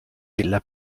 della